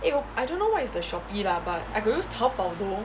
eh I don't know what is the shopee lah but I could use taobao though